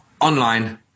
online